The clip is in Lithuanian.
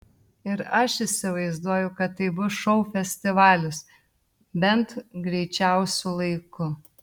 ir aš įsivaizduoju kad tai bus šou festivalis bent greičiausiu laiku